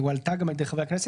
היא הועלתה גם על ידי חברי הכנסת,